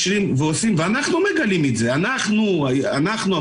ואנחנו מגלים את זה, המנופאים.